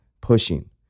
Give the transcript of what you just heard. pushing